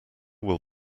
will